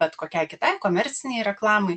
bet kokiai kitai komercinei reklamai